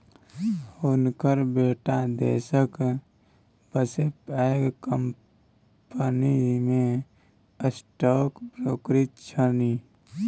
हुनकर बेटा देशक बसे पैघ कंपनीमे स्टॉक ब्रोकर छनि